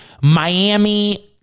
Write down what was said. Miami